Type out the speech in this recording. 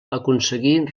aconseguí